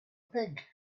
pig